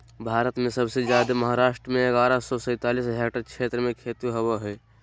भारत में सबसे जादे महाराष्ट्र में ग्यारह सौ सैंतालीस हेक्टेयर क्षेत्र में खेती होवअ हई